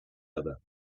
other